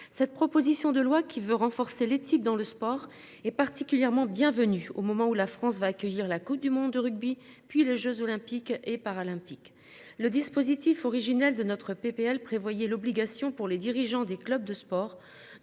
Cette proposition de loi qui veut renforcer l'éthique dans le sport et particulièrement bienvenu au moment où la France va accueillir la Coupe du monde de rugby puis les Jeux olympiques et paralympiques le dispositif original de notre PPL prévoyait l'obligation pour les dirigeants des clubs de sport